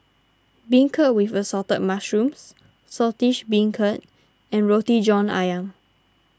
Beancurd with Assorted Mushrooms Saltish Beancurd and Roti John Ayam